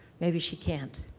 maybe she can't.